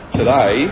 today